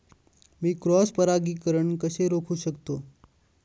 मी cross परागीकरण कसे रोखू शकतो?